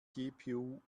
gpu